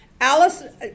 Alice